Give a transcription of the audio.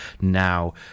Now